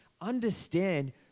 Understand